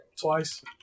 Twice